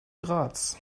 graz